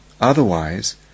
Otherwise